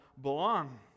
belong